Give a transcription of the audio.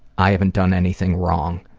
i haven't done anything wrong.